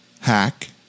hack